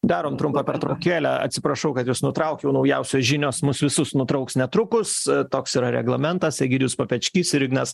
darom trumpą pertraukėlę atsiprašau kad jus nutraukiau naujausios žinios mus visus nutrauks netrukus toks yra reglamentas egidijus papečkys ir ignas